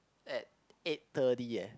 at eight thirty leh